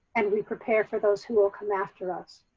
and we prepare for those who will come after us.